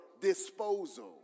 disposal